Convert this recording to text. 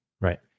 Right